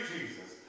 Jesus